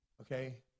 Okay